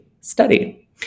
study